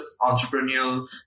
entrepreneurial